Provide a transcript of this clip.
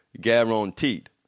Guaranteed